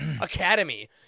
Academy